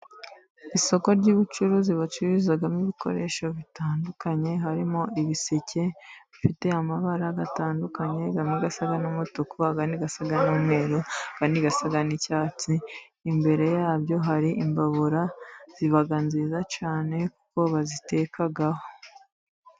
Isoko ry'ubucuruzi bacururizamo ibikoresho bitandukanye, harimo ibiseke bifite amabara atandukanye, amwe asa n'umutuku, andi asa n'umweru, andi asa n'icyatsi, imbere yabyo hari imbabura ziba nziza cyane kuko bazitekaho.